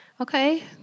Okay